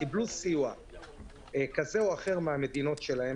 שקיבלו סיוע כזה או אחר מהמדינות שלהן